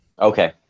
Okay